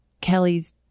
Kelly's